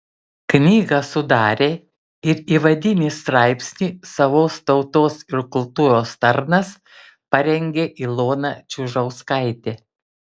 knygą sudarė ir įvadinį straipsnį savos tautos ir kultūros tarnas parengė ilona čiužauskaitė